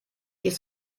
ist